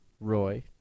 Roy